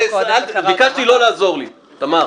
רגע, ביקשתי לא לעזור לי, תמר.